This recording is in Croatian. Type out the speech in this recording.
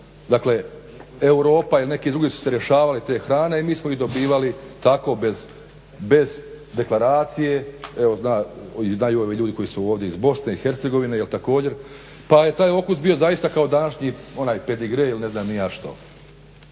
dakle Europa ili neki drugi su se rješavali te hrane i mi smo ju dobivali tako bez deklaracije. Evo znaju ovi ljudi koji su ovdje iz BiH također pa je taj okus bio zaista kao današnji onaj pedigre ili ne znam ni ja što.